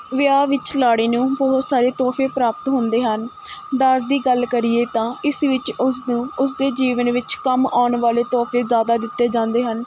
ਵਿਆਹ ਵਿੱਚ ਲਾੜੀ ਨੂੰ ਬਹੁਤ ਸਾਰੇ ਤੋਹਫ਼ੇ ਪ੍ਰਾਪਤ ਹੁੰਦੇ ਹਨ ਦਾਜ ਦੀ ਗੱਲ ਕਰੀਏ ਤਾਂ ਇਸ ਵਿੱਚ ਉਸਨੂੰ ਉਸਦੇ ਜੀਵਨ ਵਿੱਚ ਕੰਮ ਆਉਣ ਵਾਲੇ ਤੋਹਫ਼ੇ ਜ਼ਿਆਦਾ ਦਿੱਤੇ ਜਾਂਦੇ ਹਨ